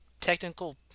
technical